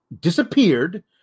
disappeared